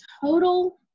total